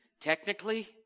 technically